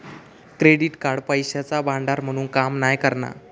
credit card पैशाचा भांडार म्हणून काम नाय करणा